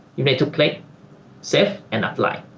you need to play safe and not lie